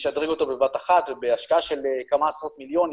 ומשדרגים אותו בבת אחת ובהשקעה של כמה עשרות מיליונים,